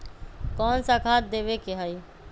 कोन सा खाद देवे के हई?